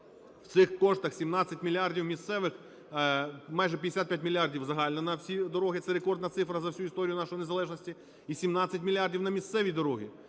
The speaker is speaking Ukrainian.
в цих коштах, 17 мільярдів місцевих, майже 55 мільярдів – загально на всі дороги, це рекордна цифра за всю історію нашої незалежності, і 17 мільярдів – на місцеві дороги.